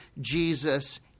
Jesus